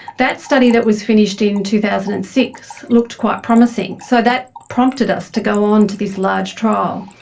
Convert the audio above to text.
that study that was finished in two thousand and six looked quite promising, so that prompted us to go on to this large trial.